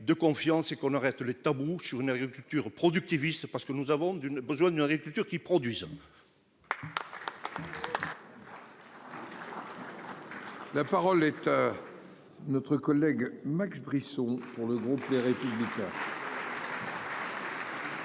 de confiance et qu'on arrête les tabous sur une agriculture productiviste, parce que nous avons une besoin d'une agriculture qui produisait. La parole est à. Notre collègue Max Brisson. Pour le groupe Les Républicains.